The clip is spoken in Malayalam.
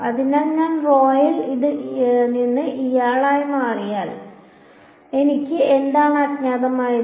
അതിനാൽ ഞാൻ റോയിൽ നിന്ന് ഇയാളായി മാറിയപ്പോൾ എനിക്ക് എന്താണ് അജ്ഞാതമായത്